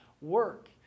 Work